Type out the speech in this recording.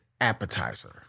appetizer